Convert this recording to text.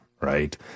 right